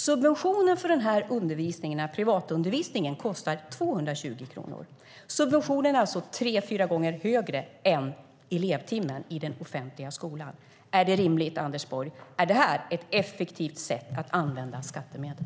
Subventionen för den här privatundervisningen kostar 220 kronor. Subventionen är alltså tre fyra gånger högre än kostnaden per elevtimme i den offentliga skolan. Är det rimligt, Anders Borg? Är det här ett effektivt sätt att använda skattemedel?